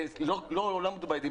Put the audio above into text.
בשנה האחרונה לא עמדו ביעדים.